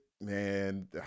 man